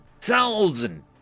thousand